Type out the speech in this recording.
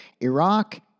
Iraq